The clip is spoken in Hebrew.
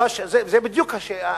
זאת בדיוק הנקודה.